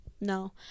No